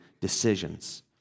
decisions